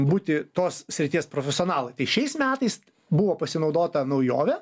būti tos srities profesionalai tai šiais metais buvo pasinaudota naujove